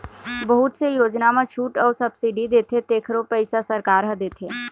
बहुत से योजना म छूट अउ सब्सिडी देथे तेखरो पइसा सरकार ह देथे